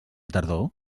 tardor